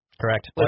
Correct